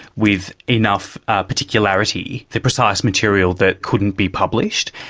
with enough particularity the precise material that couldn't be published.